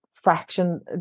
Fraction